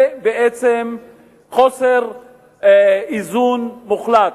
זה בעצם חוסר איזון מוחלט.